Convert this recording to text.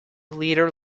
leader